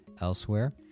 elsewhere